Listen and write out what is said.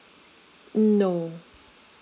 no